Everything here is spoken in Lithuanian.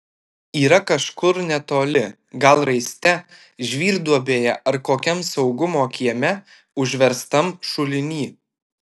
yra kažkur netoli gal raiste žvyrduobėje ar kokiam saugumo kieme užverstam šuliny